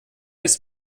ist